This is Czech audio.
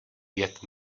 pět